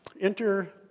enter